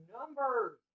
numbers